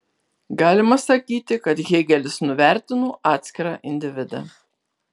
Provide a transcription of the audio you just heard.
galima sakyti kad hėgelis nuvertino atskirą individą